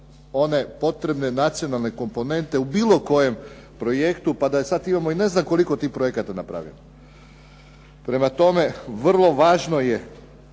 one potrebne nacionalne komponente u bilo kojem projektu, pa da i sad imamo i ne znam koliko tih projekata napravljeno. Prema tome, vrlo važno je